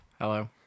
Hello